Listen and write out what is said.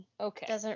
Okay